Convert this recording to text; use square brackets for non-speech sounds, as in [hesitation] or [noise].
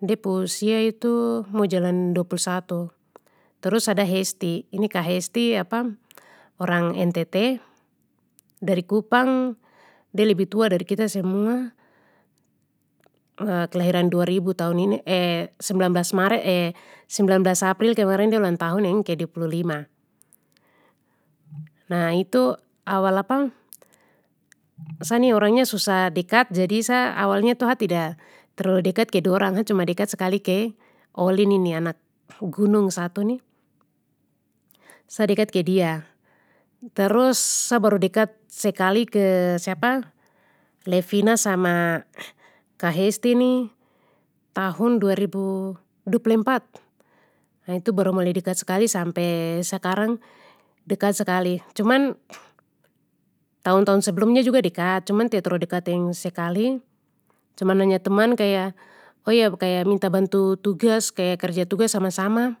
de pu usia itu mau jalan dua puluh satu terus ada hesti ini ka hesti [hesitation] orang ntt, dari kupang de lebih tua dari kita semua [hesitation] kelahiran dua ribu tahun ini [hesitation] sembilan belas maret [hesitation] sembilan belas april kemarin de ulang tahun yang kedua puluh lima. Nah itu awal [hesitation] sa ni orangnya susah dekat jadi sa awalnya tu ha tida terlalu dekat ke dorang ha cuma dekat sekali ke olin ini anak gunung satu ni, sa dekat ke dia. Terus sa baru dekat sekali ke siapa, levina sama ka hesti ni tahun dua ribu dua puluh empat sampe sekarang dekat sekali cuman, tahun tahun sebelumnya juga dekat cuman tida terlalu dekat yang sekali, cuman hanya teman kaya oh ya kaya minta bantu tugas kaya kerja tugas sama sama.